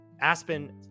Aspen